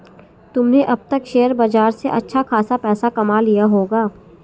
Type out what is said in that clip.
तुमने अब तक शेयर बाजार से अच्छा खासा पैसा कमा लिया होगा